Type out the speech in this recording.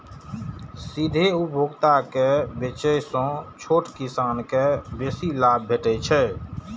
सीधे उपभोक्ता के बेचय सं छोट किसान कें बेसी लाभ भेटै छै